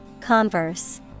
Converse